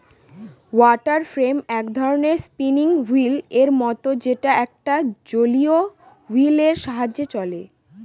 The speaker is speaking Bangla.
ওয়াটার ফ্রেম এক ধরনের স্পিনিং হুইল এর মত যেটা একটা জলীয় হুইল এর সাহায্যে চলে